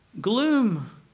gloom